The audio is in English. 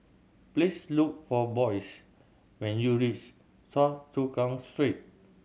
please look for Boyce when you reach Choa Chu Kang Street